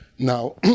Now